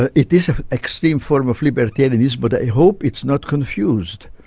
ah it is an extreme form of libertarianism but i hope it's not confused.